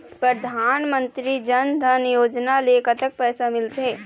परधानमंतरी जन धन योजना ले कतक पैसा मिल थे?